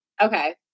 Okay